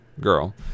girl